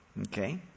Okay